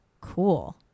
cool